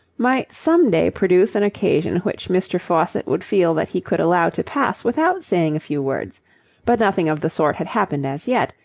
might some day produce an occasion which mr. faucitt would feel that he could allow to pass without saying a few words but nothing of the sort had happened as yet,